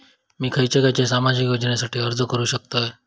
मी खयच्या खयच्या सामाजिक योजनेसाठी अर्ज करू शकतय?